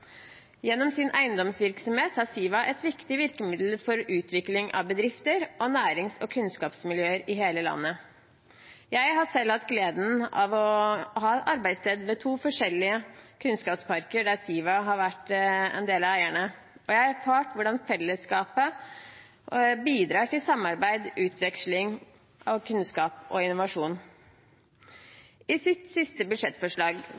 Gjennom sin eiendomsvirksomhet er Siva et viktig virkemiddel for utvikling av bedrifter og nærings- og kunnskapsmiljøer i hele landet. Jeg har selv hatt gleden av å ha arbeidssted ved to forskjellige kunnskapsparker der Siva har vært en av eierne, og jeg har erfart hvordan fellesskapet bidrar til samarbeid og utveksling av kunnskap og innovasjon. I sitt siste budsjettforslag